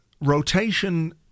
Rotation